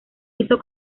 hizo